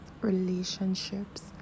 relationships